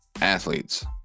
Athletes